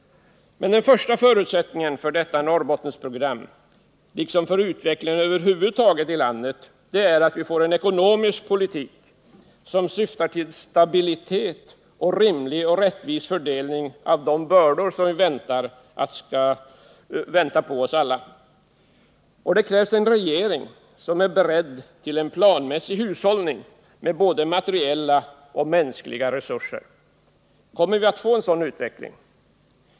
Men den första förutsättningen för detta Norrbottensprogram, liksom för utveckling över huvud taget i landet, är att vi får en ekonomisk politik som syftar till stabilitet och rimlig och rättvis fördelning av de bördor som väntar oss alla. Det krävs en regering som är beredd till en planmässig hushållning med både materiella och mänskliga resurser. Kommer vi att få en sådan utveckling?